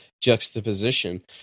juxtaposition